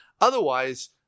Otherwise